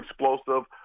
explosive